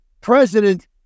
president